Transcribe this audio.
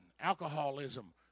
alcoholism